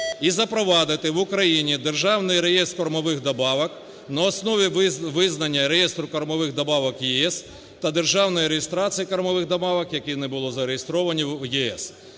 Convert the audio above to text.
і запровадити в Україні Державний реєстр кормових добавок на основі визнання реєстру кормових добавок ЄС та державної реєстрації кормових добавок, які не були зареєстровані в ЄС.